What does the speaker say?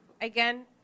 Again